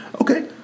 Okay